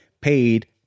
paid